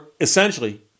essentially